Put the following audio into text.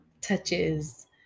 touches